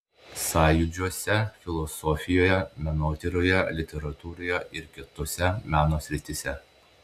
sąjūdžiuose filosofijoje menotyroje literatūroje ir kitose meno srityse